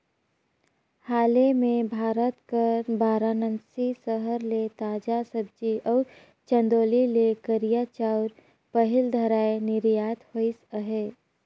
हाले में भारत कर बारानसी सहर ले ताजा सब्जी अउ चंदौली ले करिया चाँउर पहिल धाएर निरयात होइस अहे